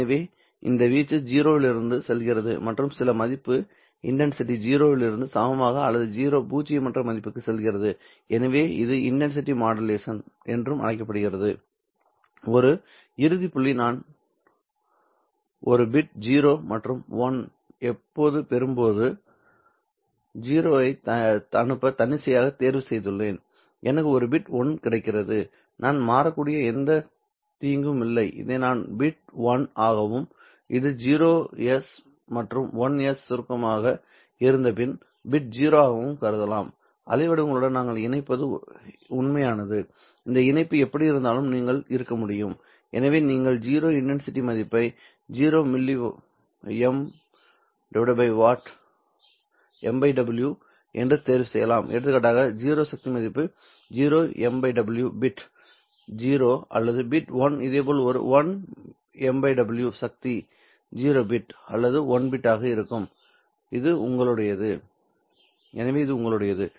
எனவே இந்த வீச்சு 0 இலிருந்து செல்கிறது மற்றும் சில மதிப்பு இன்டன்சிட்டி 0 இலிருந்து சமமாகவும் சில பூஜ்ஜியமற்ற மதிப்புக்கும் செல்கிறது எனவே இது இன்டன்சிடி மாடுலேஷன் என்றும் அழைக்கப்படுகிறது ஒரு இறுதி புள்ளி நான் ஒரு பிட் 0 மற்றும் 1 எப்போது பெறும்போது 0 ஐ அனுப்ப தன்னிச்சையாக தேர்வு செய்துள்ளேன் எனக்கு ஒரு பிட் 1 கிடைக்கிறது நான் மாறக்கூடிய எந்தத் தீங்கும் இல்லை இதை நான் பிட் 1 ஆகவும் இது 0s மற்றும் 1s சுருக்கமாக இருந்தபின் பிட் 0 ஆகவும் கருதலாம் அலைவடிவங்களுடன் நாங்கள் இணைப்பது உண்மையானது இந்த இணைப்பு எப்படியிருந்தாலும் நீங்கள் இருக்க முடியும் எனவே நீங்கள் 0 இன்டன்சிட்டி மதிப்பை 0 mw என்று தேர்வு செய்யலாம் எடுத்துக்காட்டாக 0 சக்தி மதிப்பு 0 mw பிட் 0 அல்லது பிட் 1 இதேபோல் ஒரு 1m w சக்தி 0 பிட் அல்லது 1 பிட் ஆக இருக்கும் எனவே இது உங்களுடையது